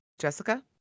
Jessica